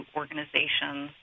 organizations